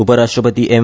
उपराष्ट्रपती एम